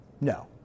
No